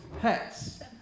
pets